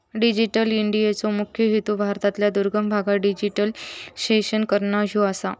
digital इंडियाचो मुख्य हेतू भारतातल्या दुर्गम भागांचा डिजिटायझेशन करना ह्यो आसा